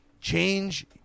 change